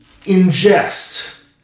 ingest